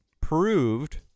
proved